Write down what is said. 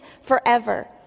forever